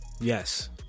Yes